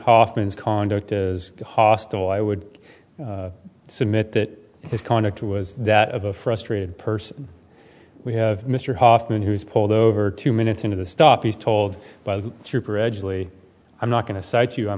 hoffman's conduct as hostile i would submit that his conduct was that of a frustrated person we have mr hoffman who was pulled over two minutes into the stop is told by the trooper edgeley i'm not going to cite you i'm